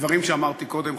לדברים שאמרתי קודם,